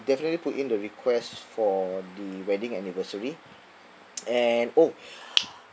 definitely put in the requests for the wedding anniversary and oh